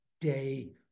day